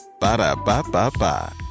Ba-da-ba-ba-ba